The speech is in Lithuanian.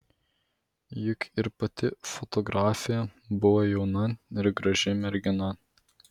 juk ir pati fotografė buvo jauna ir graži mergina